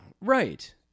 Right